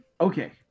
Okay